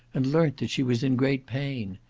and learnt that she was in great pain.